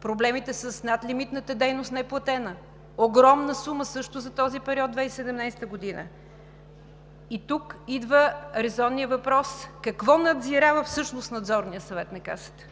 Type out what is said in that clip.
проблемите с надлимитната неплатена дейност, огромна сума също за този период – 2017 г. И тук идва резонният въпрос – какво надзирава всъщност Надзорният съвет на Касата?